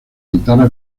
guitarra